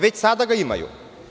Već sada ga imaju.